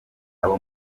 abo